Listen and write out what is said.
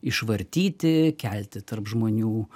išvartyti kelti tarp žmonių